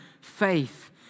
faith